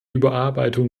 überarbeitung